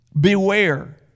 beware